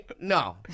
No